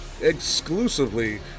exclusively